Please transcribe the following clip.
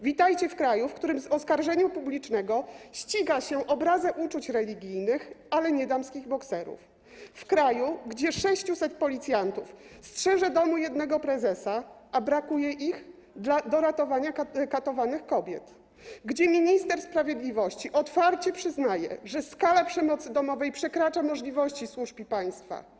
Witajcie w kraju, w którym z oskarżenia publicznego ściga się obrazę uczuć religijnych, ale nie damskich bokserów, w kraju, gdzie 600 policjantów strzeże domu jednego prezesa, a brakuje ich do ratowania katowanych kobiet, gdzie minister sprawiedliwości otwarcie przyznaje, że skala przemocy domowej przekracza możliwości służb i państwa.